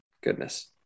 Goodness